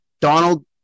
Donald